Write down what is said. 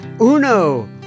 uno